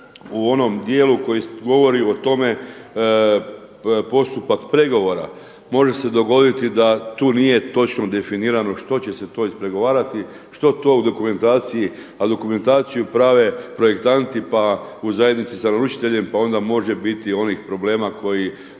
u onom djelu koji govori o tome postupak pregovora može se dogoditi da tu nije točno definirano što će se to ispregovarati, što to u dokumentaciji a dokumentaciju prave projektanti pa u zajednici sa naručiteljem pa onda može biti onih problema o